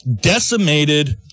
decimated